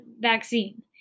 vaccine